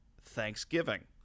Thanksgiving